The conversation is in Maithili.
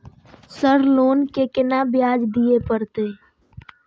सर लोन के केना ब्याज दीये परतें?